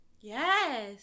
Yes